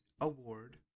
award